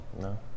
no